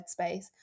headspace